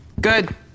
Good